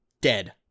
dead